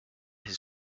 his